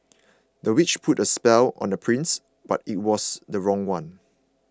the witch put a spell on the prince but it was the wrong one